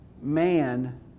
man